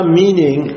meaning